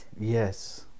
Yes